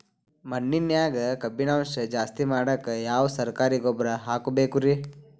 ಮಣ್ಣಿನ್ಯಾಗ ಕಬ್ಬಿಣಾಂಶ ಜಾಸ್ತಿ ಮಾಡಾಕ ಯಾವ ಸರಕಾರಿ ಗೊಬ್ಬರ ಹಾಕಬೇಕು ರಿ?